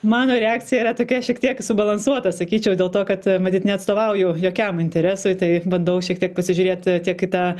mano reakcija yra tokia šiek tiek subalansuota sakyčiau dėl to kad matyt neatstovauju jokiam interesui tai bandau šiek tiek pasižiūrėt tiek į tą